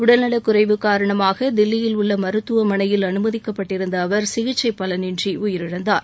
உடல்நலக் குறைவு காரணமாக தில்லியில் உள்ள மருத்துவமனையில் அனுமதிக்கப்பட்டிருந்த அவர் சிகிச்சை பலனின்றி உயிரிழந்தார்